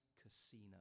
casino